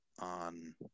on